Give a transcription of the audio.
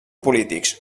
polítics